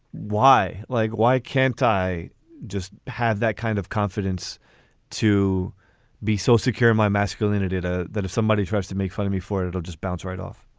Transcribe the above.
why? like, why can't i just have that kind of confidence to be so secure in my masculinity that if somebody tries to make fun of me for it, it'll just bounce right off?